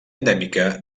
endèmica